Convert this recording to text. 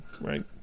right